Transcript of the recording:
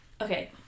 Okay